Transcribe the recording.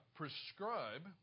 prescribe